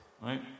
right